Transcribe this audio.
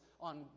on